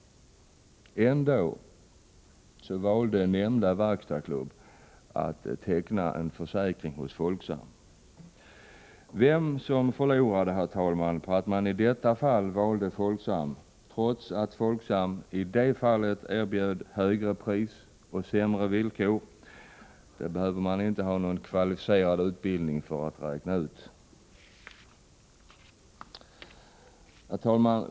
Ändå valde nämnda verkstadsklubb att teckna försäkringen hos Folksam. Vem som förlorade på att man i detta fall valde Folksam, trots högre pris och sämre villkor, behöver man inte ha någon högre utbildning för att räkna ut. Herr talman!